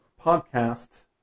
podcast